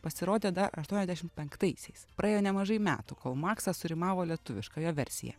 pasirodė dar aštuoniasdešimt penktaisiais praėjo nemažai metų kol maksas surimavo lietuviškąją versiją